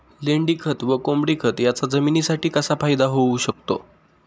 लेंडीखत व कोंबडीखत याचा जमिनीसाठी कसा फायदा होऊ शकतो?